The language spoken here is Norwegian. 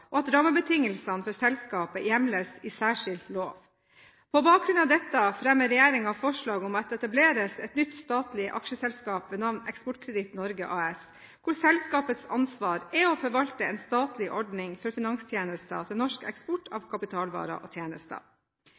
og at rammebetingelsene for selskapet hjemles i særskilt lov. På bakgrunn av dette fremmer regjeringen forslag om at det etableres et nytt statlig aksjeselskap med navn Eksportkreditt Norge AS, hvor selskapets ansvar er å forvalte en statlig ordning for finanstjenester til norsk eksport av kapitalvarer og tjenester.